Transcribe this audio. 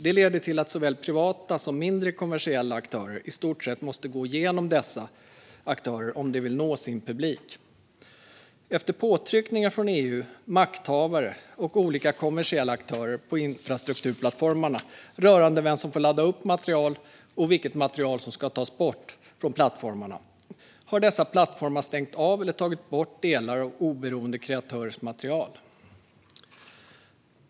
Det leder till att såväl privata som mindre kommersiella aktörer i stort sett måste gå genom dessa aktörer om de vill nå sin publik. Efter påtryckningar från EU, makthavare och olika kommersiella aktörer på infrastrukturplattformarna rörande vem som får ladda upp material och vilket material som ska tas bort från plattformarna har dessa plattformar stängt av eller tagit bort delar av oberoende kreatörers material.